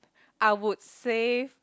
I would save